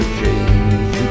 change